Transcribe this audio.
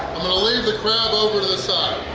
i'm gonna leave the crab over to the side.